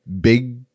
big